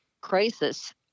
crisis